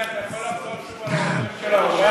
אדוני, אתה יכול לחזור שוב על השם של האורחת?